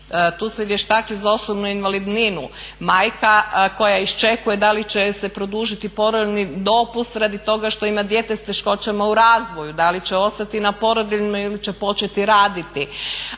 Tu se vještači za osobnu invalidninu. Majka koja iščekuje da li će se produžiti porodiljni dopust radi toga što ima dijete sa teškoćama u razvoju, da li će ostati na porodiljnom ili će početi raditi.